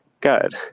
good